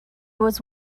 was